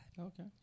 okay